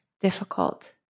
difficult